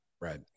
Right